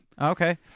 Okay